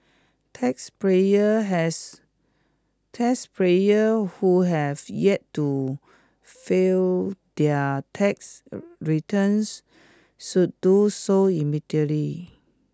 taxpayers has taxpayers who have yet to file their tax returns should do so immediately